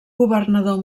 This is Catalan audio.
governador